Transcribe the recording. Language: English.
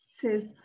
says